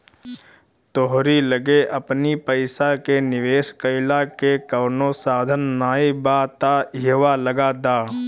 तोहरी लगे अपनी पईसा के निवेश कईला के कवनो साधन नाइ बा तअ इहवा लगा दअ